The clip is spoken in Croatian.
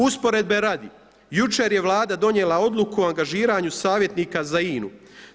Usporedbe radi jučer je Vlada donijela odluku o angažiranju savjetnika za INA-u.